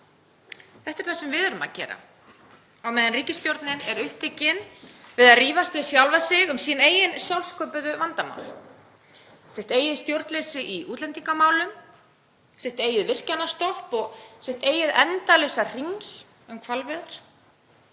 Þetta er það sem við erum að gera á meðan ríkisstjórnin er upptekin við að rífast við sjálfa sig um sín eigin sjálfsköpuðu vandamál, sitt eigið stjórnleysi í útlendingamálum, sitt eigið virkjanastopp og sitt eigið endalaus hringl með hvalveiðar.